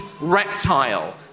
reptile